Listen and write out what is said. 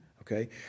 okay